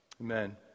Amen